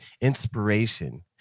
inspiration